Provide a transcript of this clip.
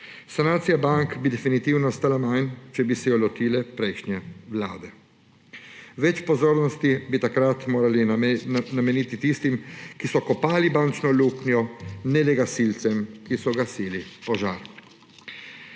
Sanacija bank bi definitivno stala manj, če bi se jo lotile prejšnje vlade. Več pozornosti bi takrat morali nameniti tistim, ki so kopali bančno luknjo, ne le gasilcem, ki so gasili požar.